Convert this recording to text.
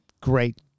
great